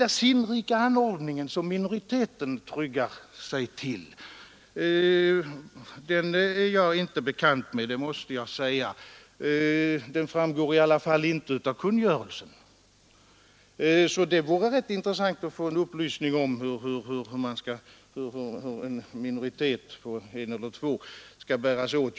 Den ”sinnrika anordning” som minoriteten tryggar sig till måste jag säga att jag inte är bekant med. Den framgår i varje fall inte av kungörelsen. Det vore rätt intressant att få en upplysning om hur en minoritet på en eller två ledamöter skall bära sig åt för att få igenom sin uppfattning.